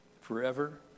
forever